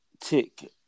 tick